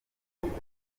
iwacu